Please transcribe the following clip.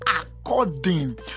according